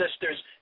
sister's